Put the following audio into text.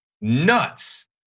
nuts